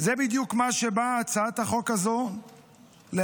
זה בדיוק מה שבאה הצעת החוק הזו להשיג.